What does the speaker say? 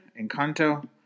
Encanto